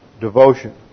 devotion